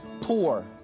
poor